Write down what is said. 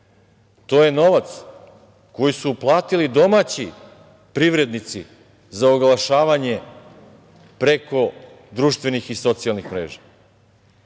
To je novac koji su uplatili domaći privrednici za oglašavanje preko društvenih i socijalnih mreža.